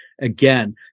again